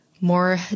more